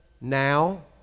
now